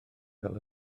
fel